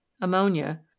Ammonia